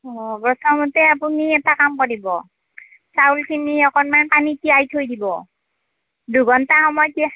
অঁ প্ৰথমতে আপুনি এটা কাম কৰিব চাউলখিনি অকণমান পানীত তিয়াই থৈ দিব দুঘণ্টা সময় তিয়াই